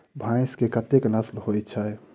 भैंस केँ कतेक नस्ल होइ छै?